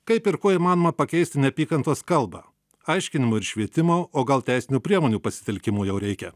kaip ir kuo įmanoma pakeisti neapykantos kalbą aiškinimo ir švietimo o gal teisinių priemonių pasitelkimo jau reikia